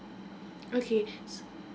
okay